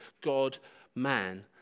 God-man